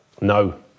No